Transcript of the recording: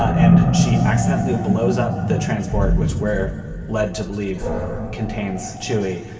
and she accidentally blows up the transport which were led to believe contains chuey.